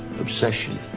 Obsession